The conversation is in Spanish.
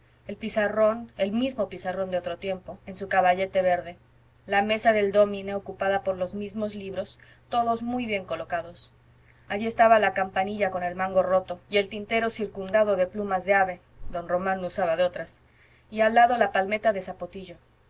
el pizarrón el mismo pizarrón de otro tiempo en su caballete verde la mesa del dómine ocupada por los mismos libros todos muy bien colocados allí estaba la campanilla con el mango roto y el tintero circundado de plumas de ave don román no usaba de otras y al lado la palmeta de zapotillo